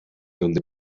donde